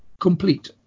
complete